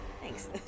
Thanks